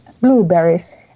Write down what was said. blueberries